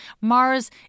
Mars